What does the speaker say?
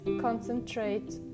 concentrate